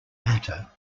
matter